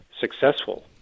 successful